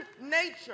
nature